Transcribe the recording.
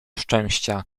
szczęścia